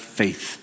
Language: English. faith